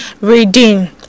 reading